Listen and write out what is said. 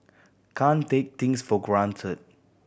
can't take things for granted